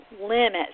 limits